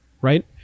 right